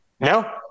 No